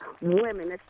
women